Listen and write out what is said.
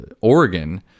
Oregon